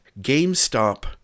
GameStop